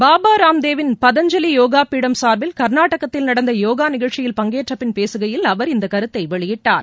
பாபா ராம்தேவ் ன் பதஞ்சலி யோகா பீடம் சார்பில் கர்நாடகத்தில் நடந்த யோகா நிகழ்ச்சியில் பங்கேற்ற பின் பேசுகையில் அவர் இந்த கருத்தை வெளியிட்டார்